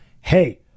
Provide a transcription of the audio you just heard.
hey